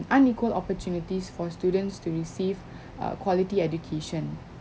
unequal opportunities for students to receive err quality education